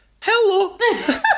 Hello